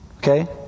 Okay